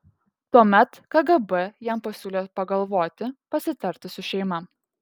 tuomet kgb jam pasiūlė pagalvoti pasitarti su šeima